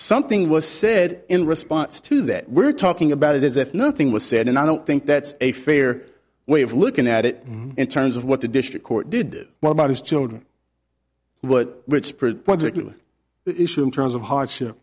something was said in response to that we're talking about it as if nothing was said and i don't think that's a fair way of looking at it in terms of what the district court did what about his children rich per project issue in terms of hardsh